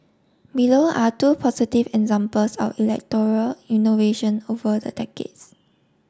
below are two positive examples of electoral innovation over the decades